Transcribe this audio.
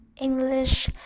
english